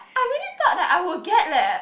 I really thought that I would get leh